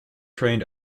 trained